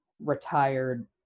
retired